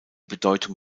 bedeutung